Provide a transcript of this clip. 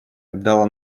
дало